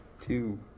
Two